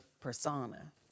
persona